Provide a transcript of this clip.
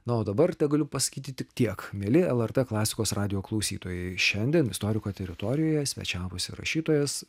na o dabar tegaliu pasakyti tik tiek mieli lrt klasikos radijo klausytojai šiandien istoriko teritorijoje svečiavosi rašytojas